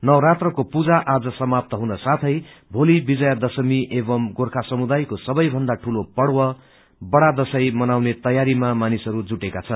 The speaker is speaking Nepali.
नवरात्रको पूजा आज समाप्त हुन साथै गोती विजय दशमी एवमु गोर्खा समुदायको सबैभन्दा ठूलो पर्व बड़ा दशै मनउने तैयारीमा मानिसहरू जुटेका छन्